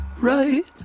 Right